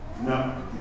No